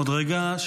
עוד רגע.